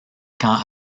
quand